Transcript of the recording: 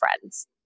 friends